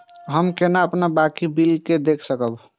हम केना अपन बाकी बिल के देख सकब?